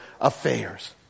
affairs